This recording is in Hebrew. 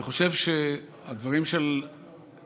אני חושב שהדברים של אלמנתו,